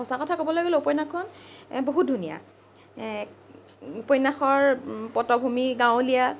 সঁচা কথা ক'বলৈ গ'লে উপন্যাসখন বহুত ধুনীয়া উপন্যাসৰ পটভূমি গাঁৱলীয়া